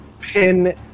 pin